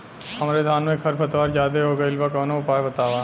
हमरे धान में खर पतवार ज्यादे हो गइल बा कवनो उपाय बतावा?